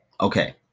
Okay